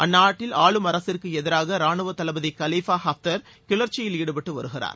அந்நாட்டில் ஆளும் அரசிற்கு எதிராக ராணுவ தளபதி கலிஃபா அப்தர் கிளர்ச்சியில் ஈடுபட்டு வருகிறார்